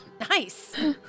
Nice